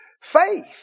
Faith